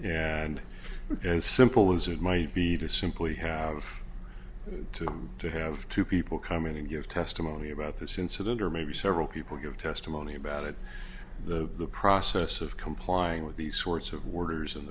and as simple as it might be to simply have to have two people come in to give testimony about this incident or maybe several people give testimony about the process of complying with these sorts of workers